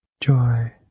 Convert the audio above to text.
Joy